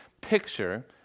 picture